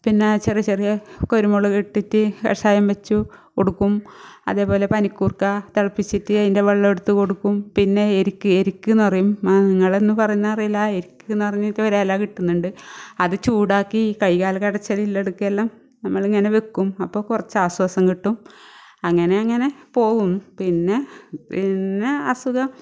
പിന്നെ ചെറിയ ചെറിയ കുരുമുളകിട്ടിട്ട് കഷായം വെച്ചു കൊടുക്കും അതുപോലെ പനികൂർക്ക തിളപ്പിച്ചിട്ട് അതിൻ്റെ വെള്ളെമെടുത്ത് കൊടുക്കും പിന്നെ എരിക്ക് എരിക്കെന്ന് പറയും നിങ്ങൾ എന്ന പറയുന്നതെന്ന് അറിയില്ല എരിക്കെന്ന് പറഞ്ഞിട്ട് ഒരെല കിട്ടുന്നുണ്ട് അത് ചൂടാക്കി കൈ കാൽ കടച്ചിലുള്ളട്ക്കെല്ലാം നമ്മൾ ഇങ്ങനെ വക്കും അപ്പം കുറച്ചാശ്വാസം കിട്ടും അങ്ങനെ അങ്ങനെ പോകും പിന്നെ പിന്നെ അസുഖം